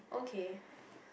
okay